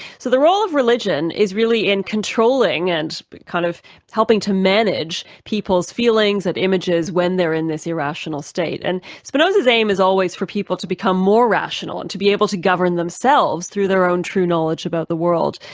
so the role of religion is really in controlling and kind of helping to manage people's feelings and images when they're in this irrational state. and spinoza's aim is always for people to become more rational and to be able to govern themselves through their own true knowledge about the world.